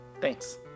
Thanks